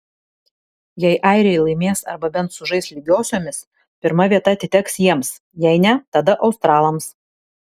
jei airiai laimės arba bent sužais lygiosiomis pirma vieta atiteks jiems jei ne tada australams